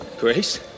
Grace